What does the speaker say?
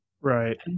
right